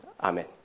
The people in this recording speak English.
Amen